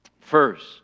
First